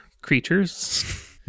creatures